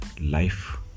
life